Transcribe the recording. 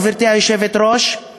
גברתי היושבת-ראש,